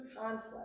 conflict